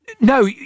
no